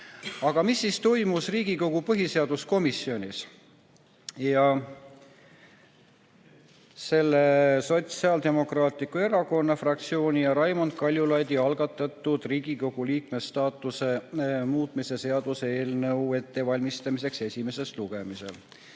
mis siis toimus Riigikogu põhiseaduskomisjonis selle Sotsiaaldemokraatliku Erakonna fraktsiooni ja Raimond Kaljulaidi algatatud Riigikogu liikme staatuse seaduse muutmise seaduse eelnõu ettevalmistamisel esimeseks lugemiseks.